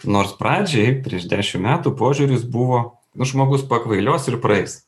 nors pradžiai prieš dešim metų požiūris buvo nu žmogus pakvailios ir praeis